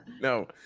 No